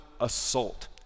assault